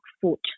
foot